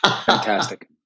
Fantastic